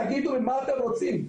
תגידו לי מה אתם רוצים?